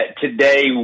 Today